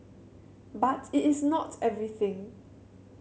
but it is not everything